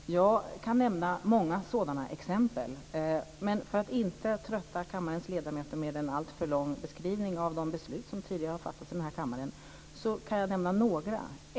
Fru talman! Jag kan nämna många sådana exempel. Men för att inte trötta kammarens ledamöter med en alltför lång beskrivning av de beslut som tidigare har fattats här i kammaren kan jag nämna några.